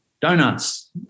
Donuts